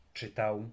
czytał